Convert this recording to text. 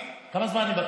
כמה זמן היא בכנסת?